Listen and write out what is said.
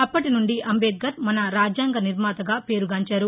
అప్పటినుండి అంబేద్కర్ మన రాజ్యాంగ నిర్మాతగా పేరుగాంచారు